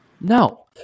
no